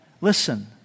Listen